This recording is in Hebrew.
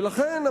ולכן,